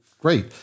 great